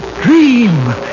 dream